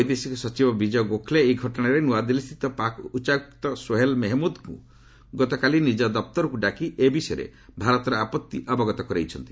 ବୈଦେଶିକ ସଚିବ ବିଜୟ ଗୋଖ୍ଲେ ଏହି ଘଟଣାରେ ନୂଆଦିଲ୍ଲୀସ୍ଥିତ ପାକ୍ ଉଚ୍ଚାୟୁକ୍ତ ସୋହେଲ୍ ମେହେମୁଦ୍ଙ୍କୁ ଗତକାଲି ନିଜ ଦପ୍ତରକୁ ଡାକି ଏ ବିଷୟରେ ଭାରତର ଆପତ୍ତି ଅବଗତ କରାଇଛନ୍ତି